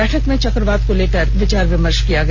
बैठक में चकवात को लेकर विचार विमर्ष किया गया